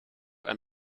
ein